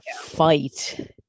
fight